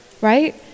right